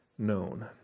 known